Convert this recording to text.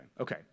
okay